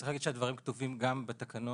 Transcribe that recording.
צריך להגיד שהדברים כתובים גם בתקנון